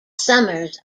summers